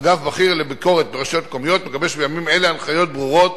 אגף בכיר לביקורת ברשויות המקומיות מגבש בימים אלה הנחיות ברורות